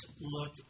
look